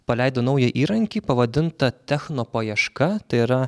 paleido naują įrankį pavadintą technopaieška tai yra